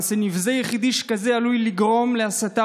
מעשה נבזה יחידי שכזה עלול לגרום להסתה